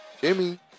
Jimmy